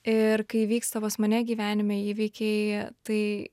ir kai vyksta pas mane gyvenime įvykiai tai